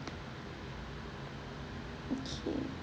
okay